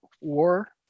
war